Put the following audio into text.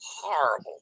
horrible